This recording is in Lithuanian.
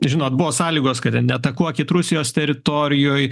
žinot buvo sąlygos kad neatakuokit rusijos teritorijoj